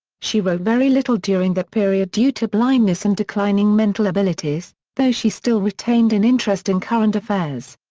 she wrote very little during that period due to blindness and declining mental abilities, though she still retained an interest in current affairs.